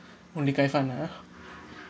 only guy fun ah